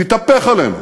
תתהפך עלינו